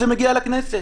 זה מגיע לכנסת,